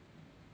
ya